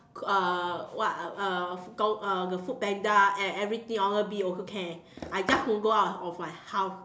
uh what uh uh call uh the foodpanda and everything honestbee also can I just don't go out of my house